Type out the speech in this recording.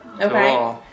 Okay